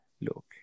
Look